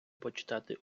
почитати